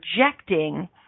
projecting